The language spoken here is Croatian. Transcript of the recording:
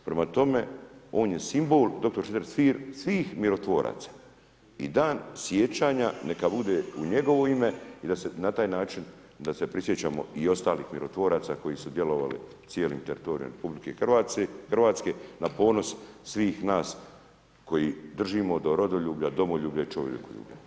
Prema tome on je simbol, dr. Šreter svih mirotvoraca i dan sjećanja neka bude u njegovo ime i da se na taj način da se prisjećamo i ostalih mirotvoraca koji su djelovali cijelim teritorijem RH na ponos svih nas koji držimo do rodoljublja, domoljublja i čovjekoljublja.